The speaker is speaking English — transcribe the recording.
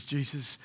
Jesus